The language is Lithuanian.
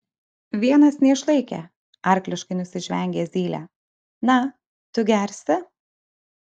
vienas neišlaikė arkliškai nusižvengė zylė na tu gersi